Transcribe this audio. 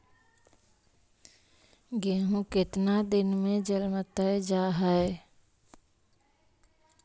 गेहूं केतना दिन में जलमतइ जा है?